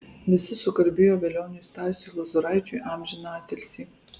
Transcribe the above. visi sukalbėjo velioniui stasiui lozoraičiui amžiną atilsį